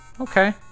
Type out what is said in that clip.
okay